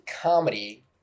comedy